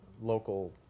local